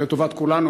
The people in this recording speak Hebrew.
לטובת כולנו,